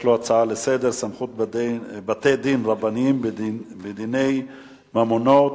הנושא הוא: סמכות בתי-דין רבניים בדיני ממונות,